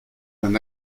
d’un